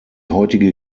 heutige